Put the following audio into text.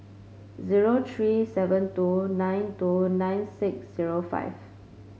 zero three seven two nine two nine six zero five